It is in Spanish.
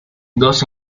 dos